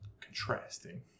contrasting